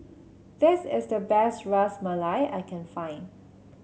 this is the best Ras Malai I can find